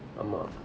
ஆமா:ama